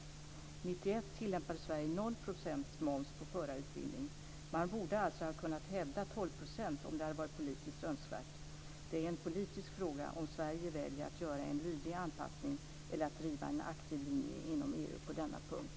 1991 tillämpade Sverige 0 % moms på förarutbildning. Man borde alltså kunna hävda 12 %, om det varit politiskt önskvärt. Det är 'en politisk fråga om Sverige väljer att göra en lydig anpassning eller att driva en aktiv linje inom EU på denna punkt'".